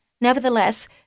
Nevertheless